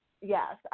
Yes